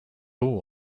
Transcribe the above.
all